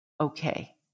okay